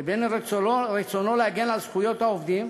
לבין רצונו להגן על זכויות העובדים.